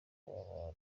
aba